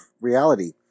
reality